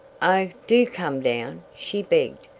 oh, do come down, she begged.